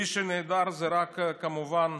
מי שנעדר זה רק, כמובן,